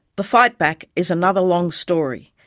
the fight back is another long story,